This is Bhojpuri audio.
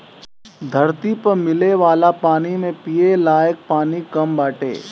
धरती पअ मिले वाला पानी में पिये लायक पानी कम बाटे